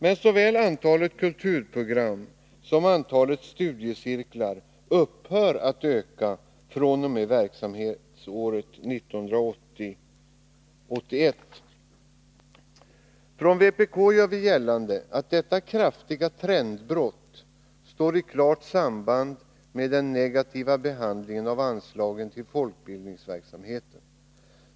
Men såväl antalet kulturprogram som antalet studiecirklar upphör att öka fr.o.m. verksamhetsåret 1980/81. Från vpk gör vi gällande att detta kraftiga trendbrott har ett klart samband med den negativa behandlingen av anslagen till folkbildningsverksamheten.